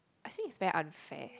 I think it's very unfair